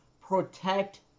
Protect